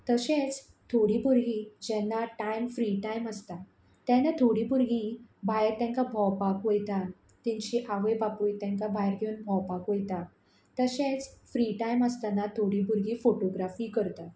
तशेंच थोडीं भुरगीं जेन्ना टायम फ्री टायम आसता तेन्ना थोडीं भुरगीं भायर तांकां भोंवपाक वयतान तांची आवय बापूय तांकां भायर घेवन भोंवपाक वयता तशेंच फ्री टायम आसताना थोडीं भुरगीं फोटोग्राफी करतात